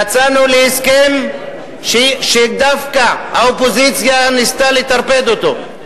יצאנו להסכם שדווקא האופוזיציה ניסתה לטרפד אותו,